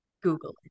Google